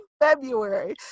February